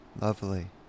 Lovely